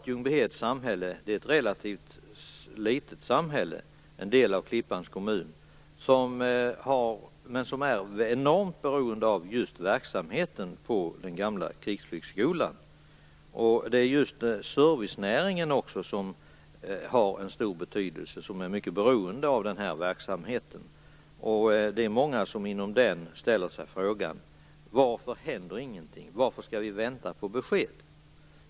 Ljungbyhed är ett relativt litet samhälle, en del av Klippans kommun, som är enormt beroende av just verksamheten på den gamla krigsflygskolan. Även servicenäringen har en stor betydelse. Den är mycket beroende av den här verksamheten. Det är många inom den näringen som ställer sig frågan: Varför händer ingenting? Varför skall vi vänta på besked?